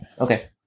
Okay